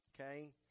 Okay